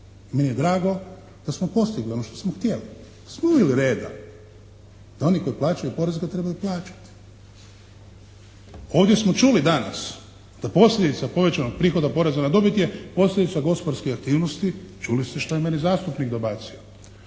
Meni je drago da smo postigli ono što smo htjeli. Da smo uveli reda da oni koji plaćaju porez ga trebaju plaćati. Ovdje smo čuli danas da posljedica povećanog prihoda poreza na dobit je posljedica gospodarske aktivnosti, čuli ste što je meni zastupnik dobacio.